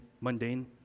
mundane